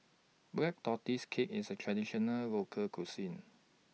Black Tortoise Cake IS A Traditional Local Cuisine